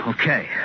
Okay